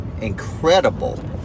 Incredible